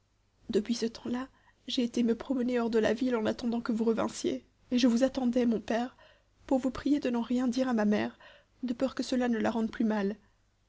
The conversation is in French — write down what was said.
depuis ce temps-là j'ai été me promener hors de la ville en attendant que vous revinssiez et je vous attendais mon père pour vous prier de n'en rien dire à ma mère de peur que cela ne la rende plus mal